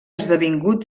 esdevingut